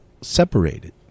separated